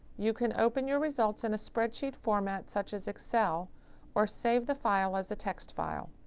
you can open your results in a spreadsheet format such as excel or save the file as a text file.